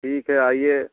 ठीक है आइए